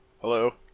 Hello